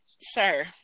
sir